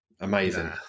Amazing